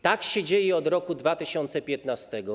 Tak się dzieje od roku 2015.